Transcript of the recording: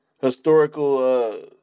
historical